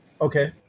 Okay